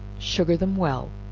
sugar them well,